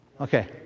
Okay